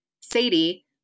Sadie